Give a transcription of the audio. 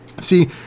See